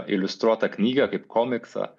iliustruotą knygą kaip komiksą